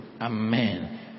Amen